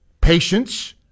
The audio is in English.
Patience